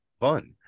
Fun